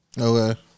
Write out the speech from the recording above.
Okay